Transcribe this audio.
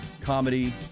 comedy